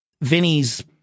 Vinny's